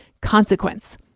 consequence